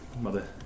mother